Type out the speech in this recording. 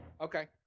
Okay